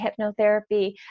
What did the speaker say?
hypnotherapy